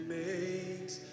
makes